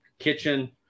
kitchen